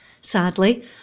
Sadly